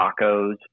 tacos